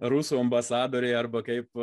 rusų ambasadoriai arba kaip